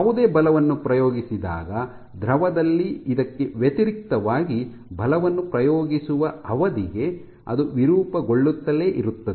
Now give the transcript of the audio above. ಯಾವುದೇ ಬಲವನ್ನು ಪ್ರಯೋಗಿಸಿದಾಗ ದ್ರವದಲ್ಲಿ ಇದಕ್ಕೆ ವ್ಯತಿರಿಕ್ತವಾಗಿ ಬಲವನ್ನು ಪ್ರಯೋಗಿಸುವ ಅವಧಿಗೆ ಅದು ವಿರೂಪಗೊಳ್ಳುತ್ತಲೇ ಇರುತ್ತದೆ